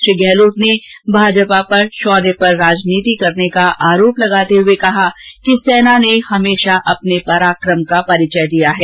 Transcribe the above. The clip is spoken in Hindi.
श्री गहलोत ने भाजपा पर शौर्य पर राजनीति करने का आरोप लगाते हुए कहा कि सेना ने हमेशा अपने पराकम का परिचय दिया है